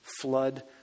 flood